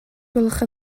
gwelwch